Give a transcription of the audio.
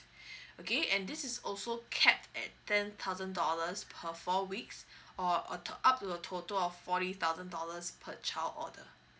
okay and this is also capped at ten thousand dollars per four weeks or uh up to a total of forty thousand dollars per child order